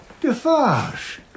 Defarge